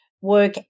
work